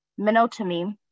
Minotomy